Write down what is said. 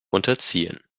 unterziehen